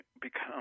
become